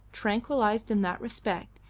tranquillised in that respect,